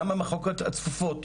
גם במחלקות הצפופות.